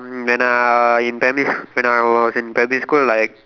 when I in primary sch~ when I was in primary school like